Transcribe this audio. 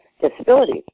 disabilities